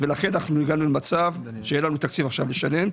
ולכן הגענו למצב שאין לנו עכשיו תקציב לשלם.